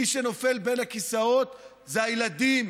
מי שנופל בין הכיסאות זה הילדים